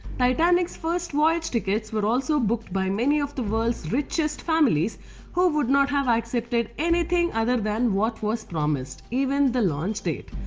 titanic's first voyage tickets were also booked by many of the world's richest men who would not have accepted anything other than what was promised even the launch date.